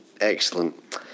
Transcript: excellent